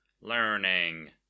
learning